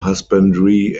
husbandry